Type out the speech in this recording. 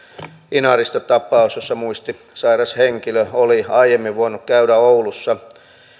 inarista tapaus jossa muistisairas henkilö oli aiemmin voinut käydä oulussa